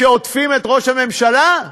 שעוטפים את ראש הממשלה,